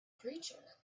creature